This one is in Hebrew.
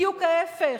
בדיוק ההיפך,